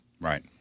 Right